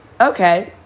okay